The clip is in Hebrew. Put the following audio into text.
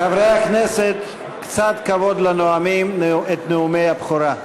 חברי הכנסת, קצת כבוד לנואמים את נאומי הבכורה.